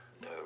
No